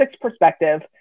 perspective